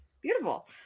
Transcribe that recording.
Beautiful